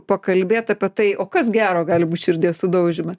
pakalbėt apie tai o kas gero gali būt širdies sudaužyme